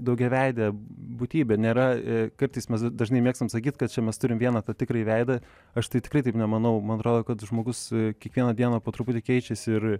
daugiaveidė būtybė nėra kartais mes dažnai mėgstam sakyt kad čia mes turim vieną tą tikrąjį veidą aš tai tikrai taip nemanau man atrodo kad žmogus kiekvieną dieną po truputį keičiasi ir